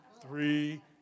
three